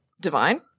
Divine